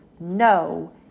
No